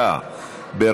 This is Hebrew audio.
התשע"ז 2017,